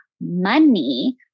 money